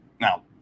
now